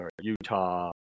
Utah